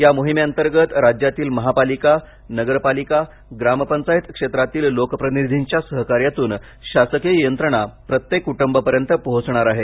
या मोहिमेंतर्गत राज्यातील महापालिका नगरपालिका ग्रामपंचायत क्षेत्रातील लोकप्रतिनिधींच्या सहकार्यातून शासकीय यंत्रणा प्रत्येक कृटबापर्यंत पोहोचणार आहे